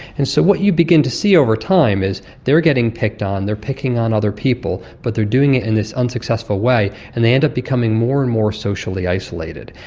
and so what you begin to see over time is they are getting picked on, they are picking on other people, but they are doing it in this unsuccessful way, and they end up becoming more and more socially isolated,